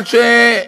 עד ש,